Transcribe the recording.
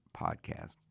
podcast